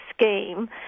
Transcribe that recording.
scheme